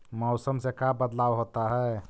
मौसम से का बदलाव होता है?